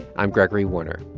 i'm gregory warner,